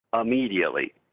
immediately